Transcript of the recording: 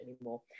anymore